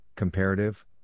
comparative